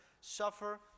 Suffer